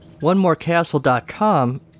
OneMoreCastle.com